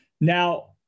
Now